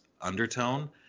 undertone